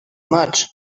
much